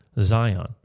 Zion